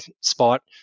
spot